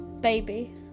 baby